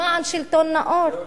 למען שלטון נאות,